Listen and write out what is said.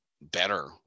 better